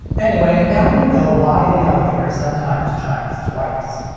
anyway, now you know why the elevator sometimes chimes twice.